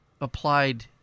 applied